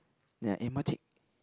then I eh makcik